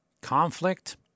conflict